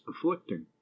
afflicting